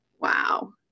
Wow